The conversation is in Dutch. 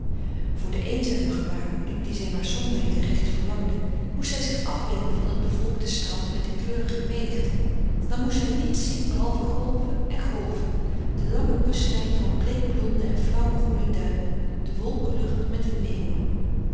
voor de eenzame gewaarwording die zij maar somwijlen recht verlangde moest zij zich afwenden van het bevolkte strand met de kleurige menigte dan moest zij niets zien behalve golven en golven de lange kustlijn van bleekblonde en flauwgroene duinen de wolkenlucht met de meeuwen